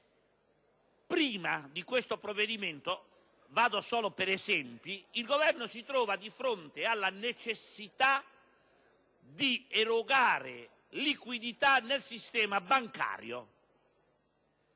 Prima di questo provvedimento - vado solo per esempi - il Governo si trova di fronte alla necessità di erogare liquidità nel sistema bancario...